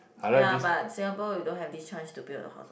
ya but Singapore you don't have this chance to build a house what